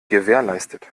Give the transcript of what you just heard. gewährleistet